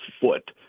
foot